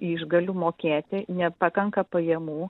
išgalių mokėti nepakanka pajamų